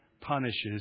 punishes